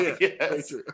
Yes